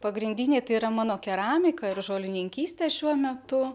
pagrindiniai tai yra mano keramika ir žolininkystė šiuo metu